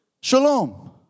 Shalom